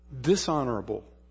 dishonorable